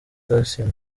thacien